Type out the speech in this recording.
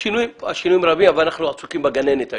השינויים רבים אבל אנחנו עסוקים בגננת היום.